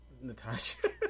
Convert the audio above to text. Natasha